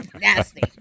Nasty